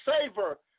savor